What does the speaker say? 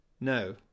No